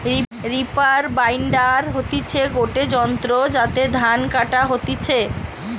reaper binder হতিছে গটে যন্ত্র যাতে ধান কাটা হতিছে